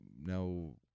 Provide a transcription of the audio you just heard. no